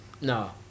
no